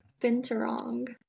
binturong